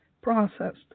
processed